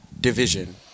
division